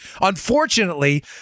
Unfortunately